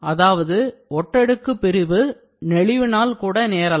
அதாவது ஒட்டடுக்கு பிரிவு நெழிவினால் கூட நேரலாம்